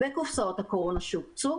בקופסאות הקורונה שהוקצו,